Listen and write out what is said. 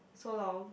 so long